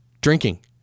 drinking